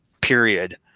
period